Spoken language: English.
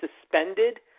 suspended